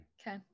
okay